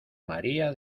maría